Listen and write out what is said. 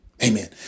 Amen